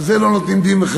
על זה לא נותנים דין-וחשבון.